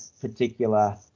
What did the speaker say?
particular